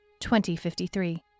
2053